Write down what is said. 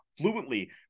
fluently